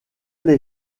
les